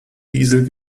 diesel